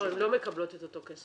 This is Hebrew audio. לא, הן לא מקבלות את אותו כסף.